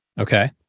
Okay